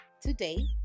Today